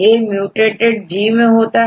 A MUTATED G मैं होता है